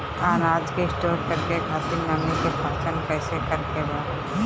अनाज के स्टोर करके खातिर नमी के पहचान कैसे करेके बा?